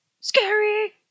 Scary